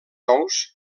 ous